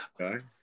Okay